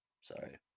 Sorry